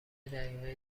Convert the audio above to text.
دقیقه